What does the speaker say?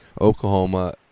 Oklahoma